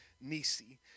Nisi